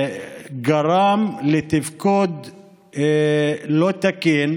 שגרם לתפקוד לא תקין,